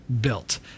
built